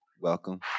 Welcome